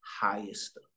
highest